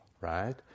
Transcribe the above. right